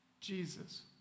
Jesus